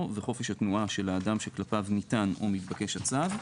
וחופש התנועה של האדם שכלפיו ניתן או מתבקש הצו,